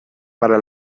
para